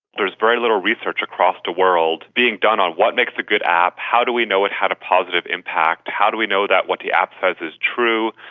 there is very little research across the world being done on what makes a good app, how do we know it had a positive impact, how do we know that what the app says is true?